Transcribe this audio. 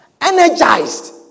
energized